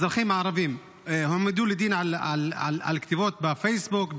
אזרחים ערבים הועמדו לדין על כתיבות בפייסבוק,